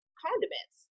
condiments